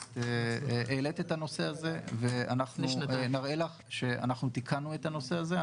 את העלית את הנושא הזה ואנחנו נראה לך שאנחנו תיקנו את הנושא הזה.